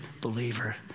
believer